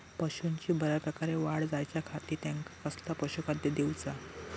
पशूंची बऱ्या प्रकारे वाढ जायच्या खाती त्यांका कसला पशुखाद्य दिऊचा?